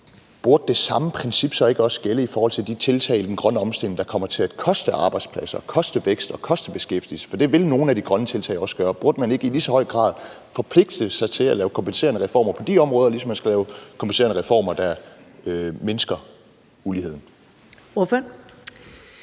Burde det samme princip så ikke også gælde i forhold til de tiltag i den grønne omstilling, der kommer til at koste arbejdspladser, koste vækst og koste beskæftigelse? For det vil nogle af de grønne tiltag også gøre. Burde man ikke i lige så høj grad forpligte sig til at lave kompenserende reformer på de områder, ligesom man skal lave kompenserende reformer, der mindsker uligheden? Kl.